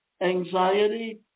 anxiety